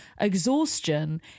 exhaustion